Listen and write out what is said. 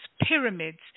pyramids